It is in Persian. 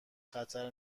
خطر